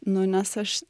nu nes aš